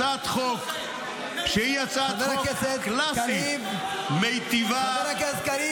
הצעת חוק שהיא הצעת חוק קלאסית -- חבר הכנסת קריב,